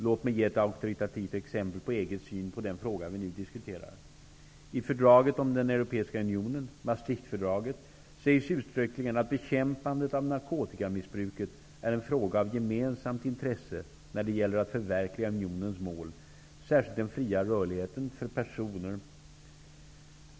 Låt mig ge ett auktoritativt exempel på EG:s syn på den fråga vi nu diskuterar. I fördraget om den europeiska unionen, Maastrichtfördraget, sägs uttryckligen att bekämpandet av narkotikamissbruket är en fråga av gemensamt intresse när det gäller att förverkliga unionens mål, särskilt den fria rörligheten för personer.